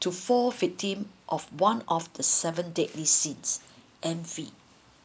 to fall within of one of the seven deadly sins envy